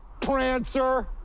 Prancer